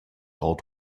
old